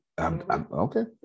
Okay